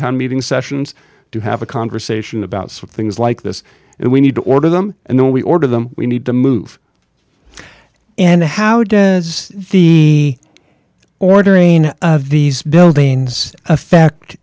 town meeting sessions to have a conversation about sort things like this and we need to order them and then we order them we need to move and how does the ordering of these buildings affect